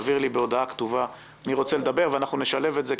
בהודעה כתובה מי רוצה לדבר ואנחנו נשלב את זה,